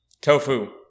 tofu